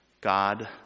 God